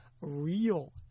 real